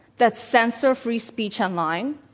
that censor free speech online.